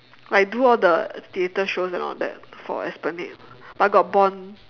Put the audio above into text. like do all the theater shows and all that for Esplanade but got bond